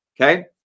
okay